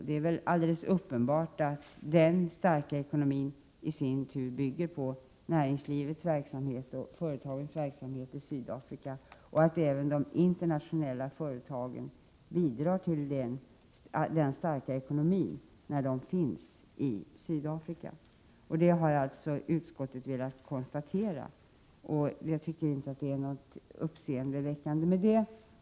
Det är alldeles uppenbart att den starka ekonomin i sin tur bygger på näringslivets och företagens verksamhet i Sydafrika, och det medför att även de internationella företagen bidrar till den starka ekonomin när de finns i Sydafrika. Detta har utskottet konstaterat, och det är ingenting uppseendeväckande i det.